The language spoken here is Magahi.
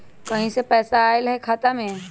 कहीं से पैसा आएल हैं खाता में?